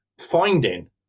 finding